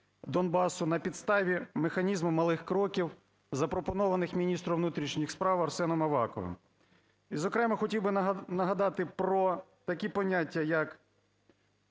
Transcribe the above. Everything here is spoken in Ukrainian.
Донбасу на підставі механізму малих кроків, запропонованих міністром внутрішніх справ Арсеном Аваковим. І, зокрема, хотів би нагадати про такі поняття, як